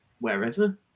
wherever